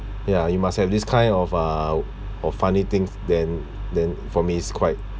ya you must have this kind of ah of funny things then then for me is quite